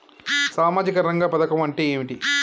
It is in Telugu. సామాజిక రంగ పథకం అంటే ఏంటిది?